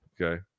Okay